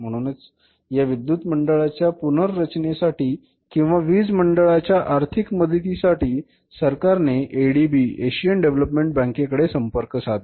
म्हणूनच या विद्युत मंडळाच्या पुनर्रचनेसाठी किंवा वीज मंडळाच्या आर्थिक मदतीसाठी सरकारने एडीबी एशियन डेव्हलपमेंट बँकेकडे संपर्क साधला